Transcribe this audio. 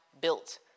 built